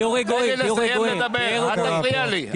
תן לי לסיים לדבר, אל תפריע לי.